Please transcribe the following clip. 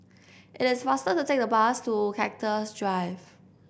it is faster to take the bus to Cactus Drive